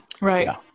Right